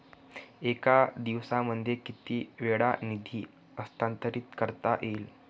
एका दिवसामध्ये किती वेळा निधी हस्तांतरीत करता येईल?